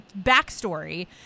backstory